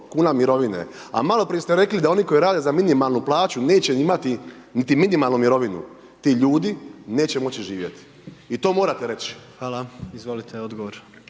kn mirovine. A maloprije ste rekli da oni koji rade za minimalnu plaću neće imati niti minimalnu mirovinu, ti ljudi neće moći živjeti i to morate reći. **Jandroković, Gordan